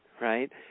right